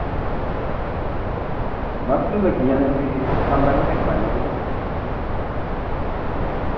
बस फ्ही लग्गी जाना कोई पंदरां बीह् मिंट्ट लाई लैओ तुस